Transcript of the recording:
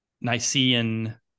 Nicene